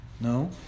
No